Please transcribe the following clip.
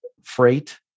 freight